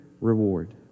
reward